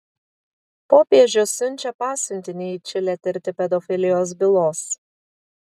popiežius siunčia pasiuntinį į čilę tirti pedofilijos bylos